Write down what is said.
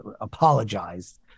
apologized